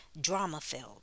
drama-filled